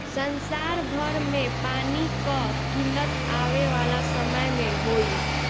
संसार भर में पानी कअ किल्लत आवे वाला समय में होई